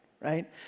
right